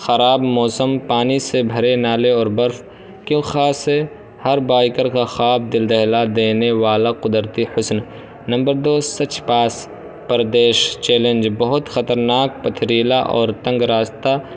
خراب موسم پانی سے بھرے نالے اور برف کے خاص سے ہر بائکر کا خواب دل دلا دینے والا قدرتی حسن نمبر دو سچ پاس پردیش چیلنج بہت خطرناک پتھریلا اور تنگ راستہ